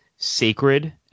sacred